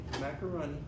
macaroni